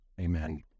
Amen